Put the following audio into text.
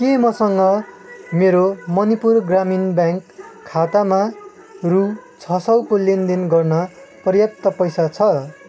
के मसँग मेरो मणिपुर ग्रामीण ब्याङ्क खातामा रु छ सौको लेनदेन गर्न पर्याप्त पैसा छ